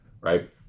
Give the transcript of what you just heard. Right